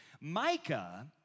Micah